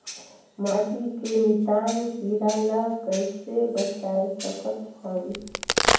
माटी के मितान कीरा ल कइसे बचाय सकत हन?